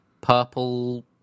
purple